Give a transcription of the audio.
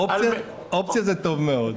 אופציה זה טוב מאוד.